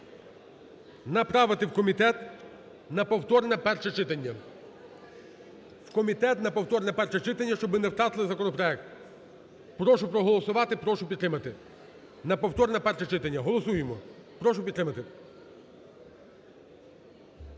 направити в комітет на повторне перше читання. В комітет на повторне перше читання, щоб ми не втратили законопроект. Прошу проголосувати, прошу підтримати на повторне перше читання. Голосуємо. Прошу підтримати.